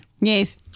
Yes